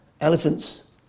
elephants